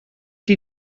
die